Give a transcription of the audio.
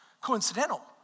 coincidental